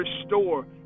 restore